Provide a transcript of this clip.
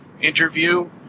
interview